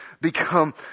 become